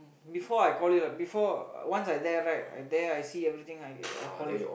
before I call you lah before once I thereby and then I see everything like I call lift